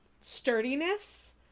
sturdiness